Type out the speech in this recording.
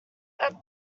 are